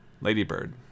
ladybird